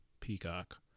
Peacock